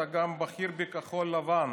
אתה גם בכיר בכחול לבן,